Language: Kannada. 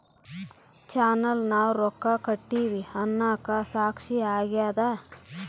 ಚಲನ್ ನಾವ್ ರೊಕ್ಕ ಕಟ್ಟಿವಿ ಅನ್ನಕ ಸಾಕ್ಷಿ ಆಗ್ಯದ